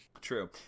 true